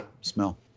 smell